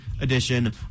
edition